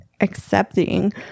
accepting